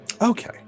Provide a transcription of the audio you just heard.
Okay